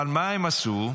אבל מה הם עשו,